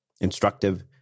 instructive